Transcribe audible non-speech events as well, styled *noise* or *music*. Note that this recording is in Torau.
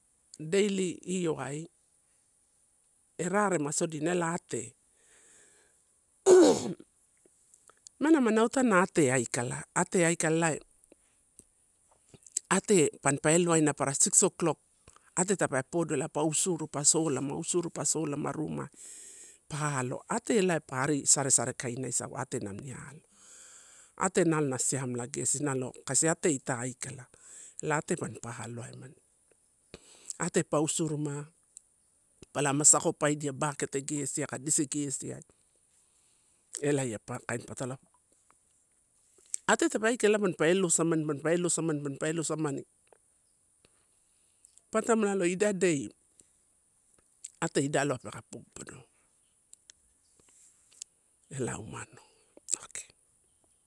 Daily ioai, e raremasodina la ate *noise* mana amana otaneila te aikala elae ate pammpa elowaina para six o'clock. Ate tape podo elae pa usuru pa solama, usuru solama, rumai pa alo, ate elai pa arisare sare kaina isau te namini lo. Ate ela na siamela gesi nalo kasi ate ita aikala, ela pmpa aloaemani, ate pa usuruma palama sakopidia bakete gesiai aka disi gesiai elai ia pa kain patalo. Ate tape aikala mamapa, elosamani, mampa elosaman mampla elosamani, papara taim nalo idai dei ate idaloai peka popodo elaumano. Okay.